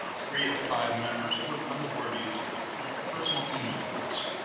ah three of five members of the um the board use a personal email address.